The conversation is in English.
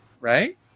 right